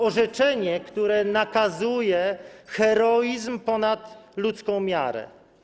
orzeczenie, które nakazuje heroizm ponad ludzką miarę.